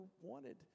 wanted